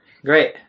Great